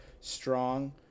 strong